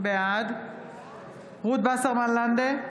בעד רות וסרמן לנדה,